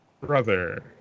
Brother